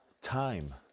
time